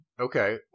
okay